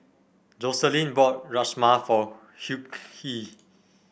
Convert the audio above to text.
Joselin bought Rajma for Hughie